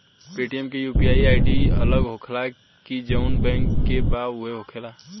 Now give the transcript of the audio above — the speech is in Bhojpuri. पेटीएम के यू.पी.आई आई.डी अलग होखेला की जाऊन बैंक के बा उहे होखेला?